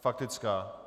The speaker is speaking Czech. Faktická.